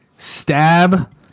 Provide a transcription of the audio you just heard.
Stab